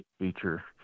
feature